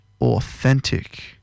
authentic